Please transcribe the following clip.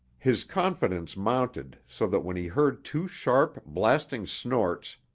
his confidence mounted so that when he heard two sharp, blasting snorts,